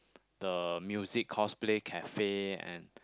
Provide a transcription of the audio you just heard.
the music cosplay cafe and